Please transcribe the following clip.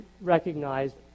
recognized